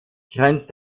grenzt